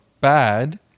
bad